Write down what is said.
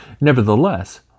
Nevertheless